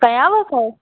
कयांव त